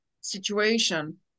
situation